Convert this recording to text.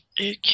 Okay